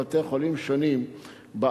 או המחלקות בבתי-החולים השונים בארץ,